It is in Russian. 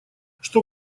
что